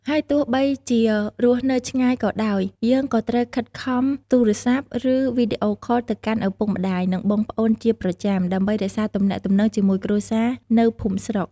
ហើយទោះបីជារស់នៅឆ្ងាយក៏ដោយ យើងក៏ត្រូវខិតខំទូរស័ព្ទ ឬវីដេអូខលទៅកាន់ឪពុកម្តាយ និងបងប្អូនជាប្រចាំ ដើម្បីរក្សាទំនាក់ទំនងជាមួយគ្រួសារនៅភូមិស្រុក។